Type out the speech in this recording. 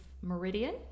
Meridian